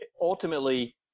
ultimately